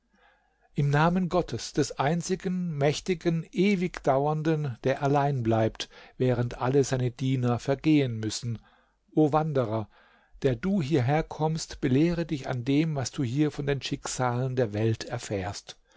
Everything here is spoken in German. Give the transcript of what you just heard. im namen gottes des einzigen mächtigen ewigdauernden der allein bleibt während alle seine diener vergehen müssen o wanderer der du hierher kommst belehre dich an dem was du hier von den schicksalen der welt erfährst